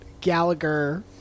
Gallagher